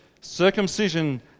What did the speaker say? circumcision